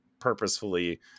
purposefully